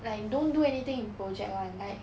like don't do anything in project [one] like